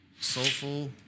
soulful